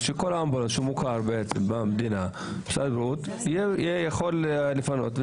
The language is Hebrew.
שכל אמבולנס מוכר במדינה ובמשרד הבריאות יוכל לפנות.